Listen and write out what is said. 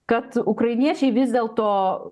kad ukrainiečiai vis dėl to